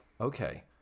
Okay